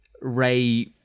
Ray